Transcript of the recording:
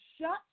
shut